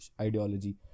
ideology